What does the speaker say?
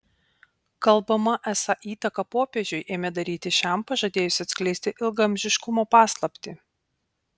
kalbama esą įtaką popiežiui ėmė daryti šiam pažadėjęs atskleisti ilgaamžiškumo paslaptį